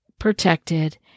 protected